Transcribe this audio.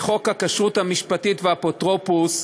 בחוק הכשרות המשפטית והאפוטרופסות,